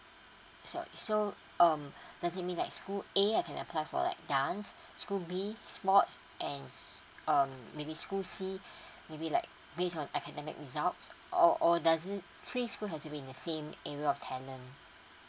so so um does it means like school A I can apply for like dance shcool B sports and um maybe school C maybe like based on academic result or or does it three school have to be in the same area of talent